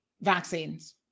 vaccines